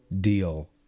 deal